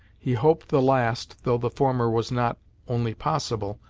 he hoped the last, though the former was not only possible,